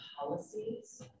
policies